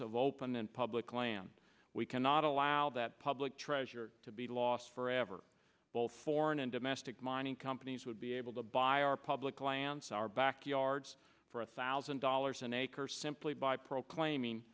of open and public land we cannot allow that public treasure to be lost forever both foreign and domestic mining companies would be able to buy our public lands our backyards for a thousand dollars an acre simply by proclaiming